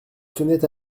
sonnette